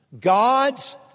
God's